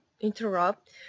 interrupt